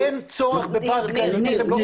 אין צורך בבת גלים.